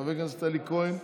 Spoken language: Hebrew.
חבר הכנסת אלי כהן,